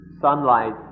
sunlight